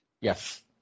Yes